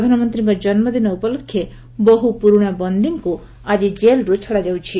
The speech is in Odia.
ପ୍ରଧାନମନ୍ତ୍ରୀଙ୍କ ଜନ୍ମଦିନ ଉପଲକ୍ଷେ ବହୁ ପୁରୁଣା ବନ୍ଦୀଙ୍କୁ ଆଜି ଜେଲ୍ରୁ ଛଡ଼ାଯାଉଛି